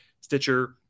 Stitcher